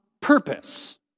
purpose